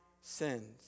sins